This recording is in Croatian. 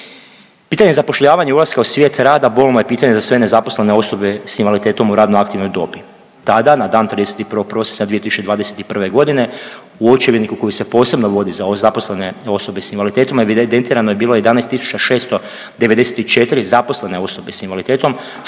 Pitanje zapošljavanja ulaska u svijet rada bolno je pitanje za sve nezaposlene osobe s invaliditetom u radno aktivnoj dobi. Tada, na dan 31. prosinca 2021. g. u očevidniku koji se posebno vodi za zaposlene osobe s invaliditetom, evidentirano je bilo 11 694 zaposlene osobe s invaliditetom,